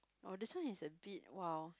orh this one is a bit !wow!